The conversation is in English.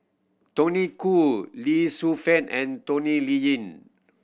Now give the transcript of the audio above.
Tony Khoo Lee Shu Fen and Tony Liying